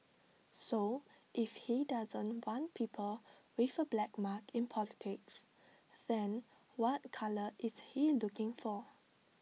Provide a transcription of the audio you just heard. so if he doesn't want people with A black mark in politics then what colour is he looking for